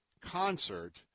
concert